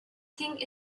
thing